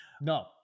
No